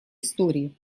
истории